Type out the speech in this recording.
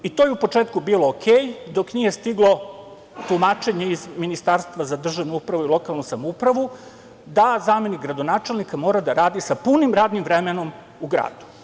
I to je u početku bilo dobro, dok nije stiglo tumačenje iz Ministarstva za državnu upravu i lokalnu samoupravu da zamenik gradonačelnika mora da radi sa punim radnim vremenom u gradu.